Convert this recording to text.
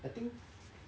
I think